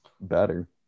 better